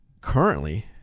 currently